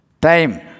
Time